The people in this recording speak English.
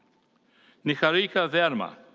niharika verma.